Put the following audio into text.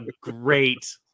great